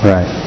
Right